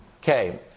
Okay